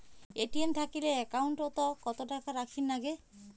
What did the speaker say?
ATM থাকিলে account ওত কত টাকা রাখীর নাগে?